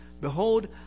Behold